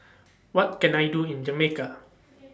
What Can I Do in Jamaica